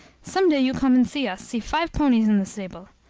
some day you come and see us, see five ponies in the stable.